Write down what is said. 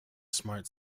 smart